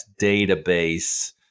database